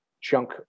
chunk